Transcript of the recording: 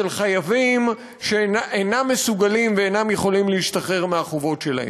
של חייבים שאינם מסוגלים ואינם יכולים להשתחרר מהחובות שלהם.